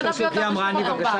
לא נביא אותם לשום מקום בארץ.